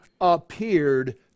appeared